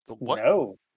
No